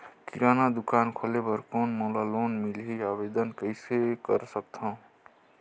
किराना दुकान खोले बर कौन मोला लोन मिलही? आवेदन कइसे कर सकथव?